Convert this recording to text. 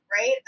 right